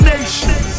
Nation